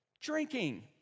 drinking